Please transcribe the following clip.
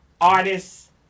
artists